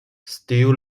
still